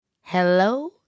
Hello